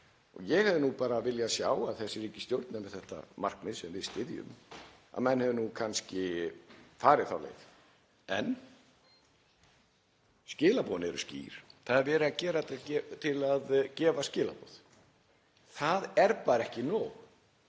í. Ég hefði bara viljað sjá að þessi ríkisstjórn, sem er með þetta markmið sem við styðjum, að menn hefðu kannski farið þá leið. En skilaboðin eru skýr: Það er verið að gera þetta til að senda skilaboð. Það er bara ekki nóg.